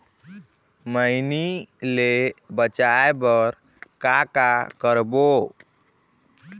मैनी ले बचाए बर का का करबो?